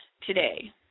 today